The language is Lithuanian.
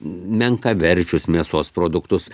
menkaverčius mėsos produktus